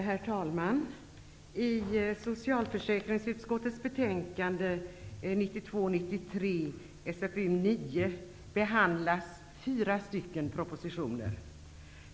Herr talman! I socialförsäkringsutskottets betänkande SfU9 behandlas fyra propositioner.